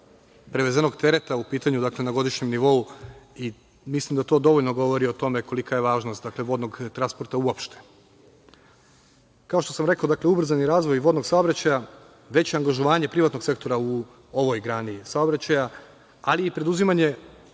prevezenog tereta u pitanju na godišnjem nivou i mislim da to dovoljno govori o tome kolika je važnost vodnog transporta uopšte. Kao što sam rekao, ubrzani razvoj vodnog saobraćaja, veće angažovanje privatnog sektora u ovoj grani saobraćaja, ali i preduzimanje